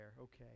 Okay